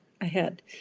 ahead